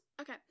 Okay